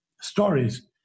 stories